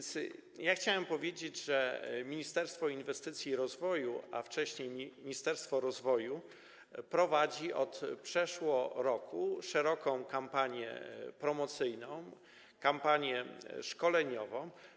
Chciałem powiedzieć, że Ministerstwo Inwestycji i Rozwoju, a wcześniej Ministerstwo Rozwoju, prowadzi od przeszło roku szeroką kampanię promocyjną, kampanię szkoleniową.